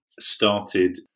started